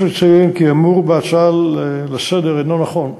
יש לציין כי האמור בהצעה לסדר-היום אינו נכון.